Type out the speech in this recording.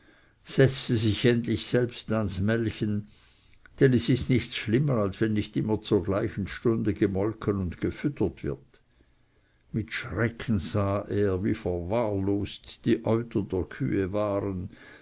setzte sich endlich selbst ans melchen denn es ist nichts schlimmer als wenn nicht immer zur gleichen stunde gemolken und gefüttert wird mit schrecken sah er wie verwahrloset die euter der kühe waren